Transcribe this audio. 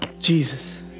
Jesus